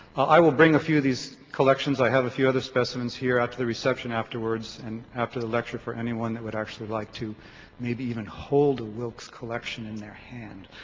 i will bring a few of these collections i have a few other specimens here after the reception afterwards and after the lecture for anyone that would actually like to maybe even hold a wilkes collection in their hand.